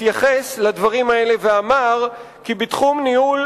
התייחס לדברים האלה ואמר כי בתחום ניהול